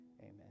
amen